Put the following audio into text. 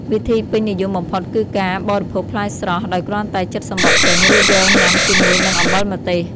វិធីពេញនិយមបំផុតគឺការ បរិភោគផ្លែស្រស់ ដោយគ្រាន់តែចិតសំបកចេញ រួចយកញ៉ាំជាមួយនឹង អំបិលម្ទេស។